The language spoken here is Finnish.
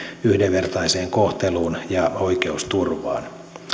yhdenvertaiseen kohteluun ja oikeusturvaan